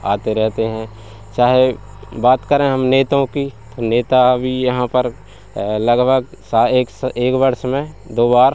आते रहते हैं चाहे बात करें हम नेतों की तो नेता भी यहाँ पर लगभग एक एक वर्ष में दो बार